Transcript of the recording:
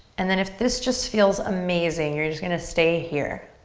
and then if this just feels amazing, you're just gonna stay here.